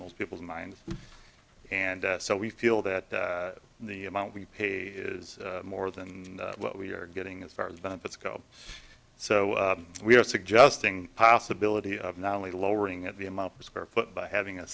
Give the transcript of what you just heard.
most people's minds and so we feel that the amount we pay is more than what we are getting as far as benefits go so we are suggesting possibility of not only lowering of the amount per square foot by having a